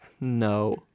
No